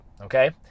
okay